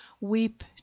weep